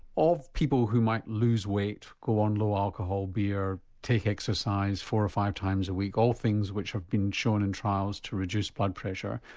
of people who might lose weight, go on low alcohol beer, take exercise four or five times a week, all things which have been shown in trials to reduce blood pressure,